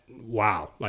wow